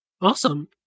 Awesome